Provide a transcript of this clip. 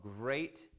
great